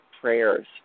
prayers